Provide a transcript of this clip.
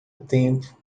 tempo